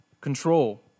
Control